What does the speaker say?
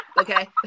okay